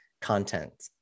content